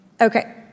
Okay